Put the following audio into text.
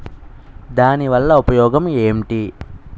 దాని వల్ల ఉపయోగం ఎంటి?